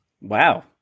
Wow